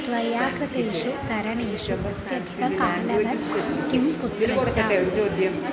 त्वया कृतेषु तरणेषु अत्यधिककालः किं कुत्र च